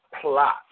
plot